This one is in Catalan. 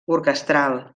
orquestral